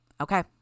Okay